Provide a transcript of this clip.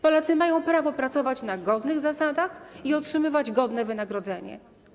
Polacy mają prawo pracować na godnych zasadach i otrzymywać godne wynagrodzenie.